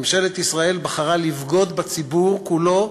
ממשלת ישראל בחרה לבגוד בציבור כולו,